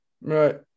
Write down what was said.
right